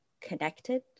connected